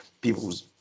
people's